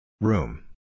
Room